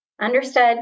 Understood